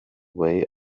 way